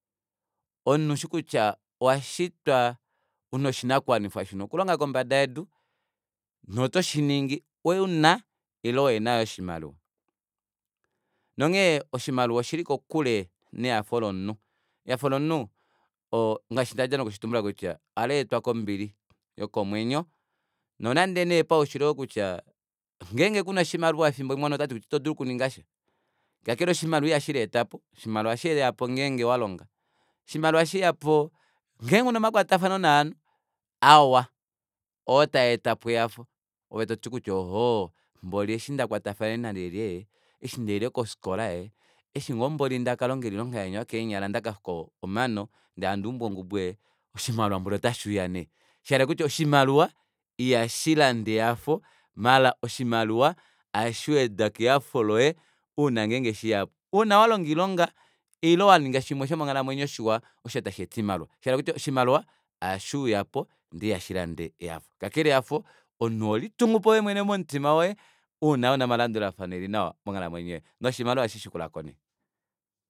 Omunhu oushi kutya owashitwa una oshinakuwanifwa osho una okulonga kombada yedu notoshinigi una ile uhena yoo oshimaliwa nonghee oshimaliwa oshili kokule nehafo lomunhu ehafo lomunhu ngaashi ndadja nokushitumbula kutya ohaleetwa kombili yokomwenyo nonande nee paushili oyoo kutya ngenge kuna oshimaliwa efimbo limwe ito dulu okuningasha kakele oshimaliwa kakele oshimaliwa iha shileetapo oshimaliwa ohashiya ngenge walonga oshimaliwa ohashiyapo ngenge una omakwatafano novanhu awa oo taetapo ehafo ove toti kutya ohoo mboli eshi ndakwatafanene nalyelye eshi ndaile kofikola ee eshingoo mboli ndakalongele oilonga inya yokeenyala ndakaka omano ndee handi ndee handuumbu ongubu ee oshimaliwa mboli otashuuya nee shayela kutya oshimaliwa ihashilande ehafo maala oshimaliwa ohashiweda kehafo loye uuna ngeenge sheyapo uuna walonga oilonga ile waninga shimwe shomonghalamwenyo shiwa osho tasheeta oimaliwa shahala kutya oshimaliwa ohashuuyapo ndee ihashilande ehafo kakele ehafo omunhu oholitungupo ovemwene momutima woye uuna una omalandulafano elinawa monghalamwenyo yoye noshimaliwa ohashishikulako nee